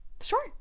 Sure